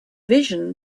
vision